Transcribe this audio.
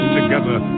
together